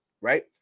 right